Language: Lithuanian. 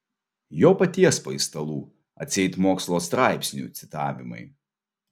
jo paties paistalų atseit mokslo straipsnių citavimai